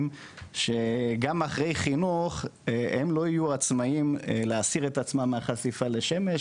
שגם אחרי חינוך הם לא יהיו עצמאים להסיר את עצמם מחשיפה לשמש,